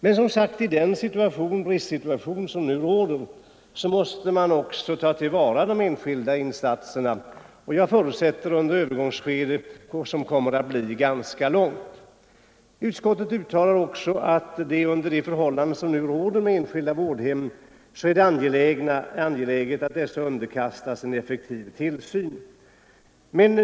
Men, som sagt, i den bristsituation som nu råder måste man också ta till vara de enskilda insatserna. Jag förutsätter att det gäller ett övergångsskede, som kommer att bli ganska långt. Utskottet uttalar också att det under de förhållanden som nu råder vid enskilda vårdhem är angeläget att dessa underkastas en effektiv tillsyn.